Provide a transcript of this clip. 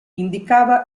indicava